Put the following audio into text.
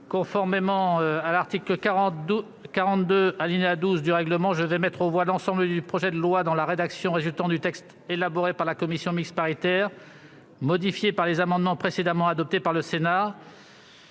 Conformément à l'article 42, alinéa 12, du règlement, je mets aux voix, dans la rédaction résultant du texte élaboré par la commission mixte paritaire, modifié par les amendements précédemment adoptés par le Sénat,